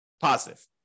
positive